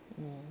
mm